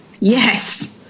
yes